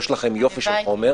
יש לכם יופי של חומר.